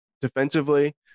defensively